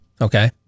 Okay